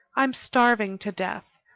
i'm starving to death.